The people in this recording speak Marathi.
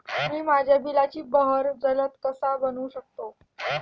मी माझ्या बिजली बहर जलद कसा बनवू शकतो?